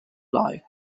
like